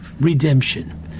redemption